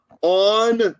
on